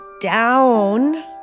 down